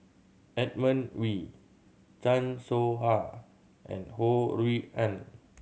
Edmund Wee Chan Soh Ha and Ho Rui An